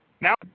Now